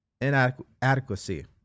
inadequacy